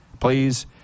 please